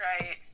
right